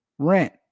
Rent